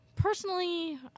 Personally